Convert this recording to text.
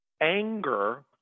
anger